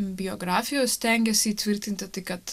biografijos stengiasi įtvirtinti tai kad